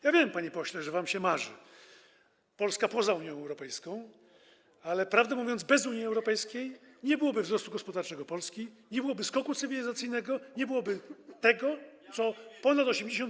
Ja wiem, panie pośle, że wam się marzy Polska poza Unią Europejską, ale prawdę mówiąc, bez Unii Europejskiej nie byłoby wzrostu gospodarczego Polski, nie byłoby skoku cywilizacyjnego, nie byłoby tego, co ponad 80%